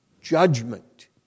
judgment